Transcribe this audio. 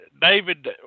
David